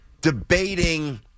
debating